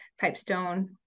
Pipestone